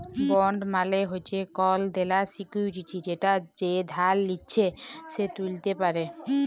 bond মালে হচ্যে call দেলার সিকুইরিটি যেটা যে ধার লিচ্ছে সে ত্যুলতে পারে